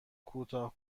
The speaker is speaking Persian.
کوتاه